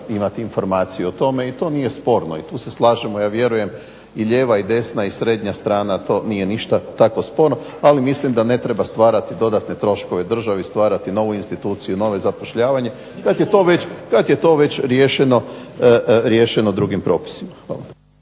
imati informacije o tome i to nije sporno i tu se slažemo ja vjerujem i lijeva i desna i srednja strana. To nije ništa tako sporno, ali mislim da ne treba stvarati dodatne troškove državi, stvarati novu instituciju, novo zapošljavanje kad je to već riješeno drugim propisima.